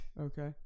Okay